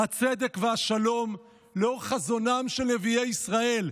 הצדק והשלום לאור חזונם של נביאי ישראל".